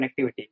connectivity